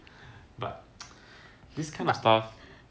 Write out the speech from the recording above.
but this kind of stuff